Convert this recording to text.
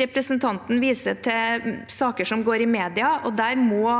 Representanten viser til saker som går i media, og der må